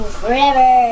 forever